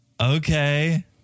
okay